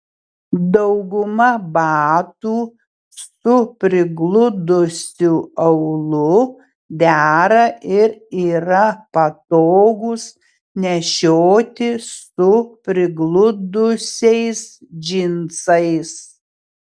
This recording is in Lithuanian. dauguma batų su prigludusiu aulu dera ir yra patogūs nešioti su prigludusiais džinsais